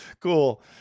cool